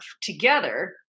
together